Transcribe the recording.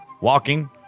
Walking